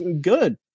good